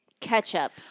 ketchup